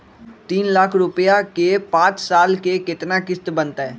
तीन लाख रुपया के पाँच साल के केतना किस्त बनतै?